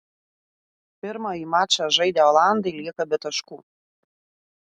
pirmąjį mačą žaidę olandai lieka be taškų